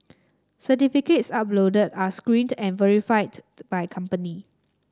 certificates uploaded are screened and verified by company